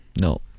No